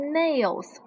nails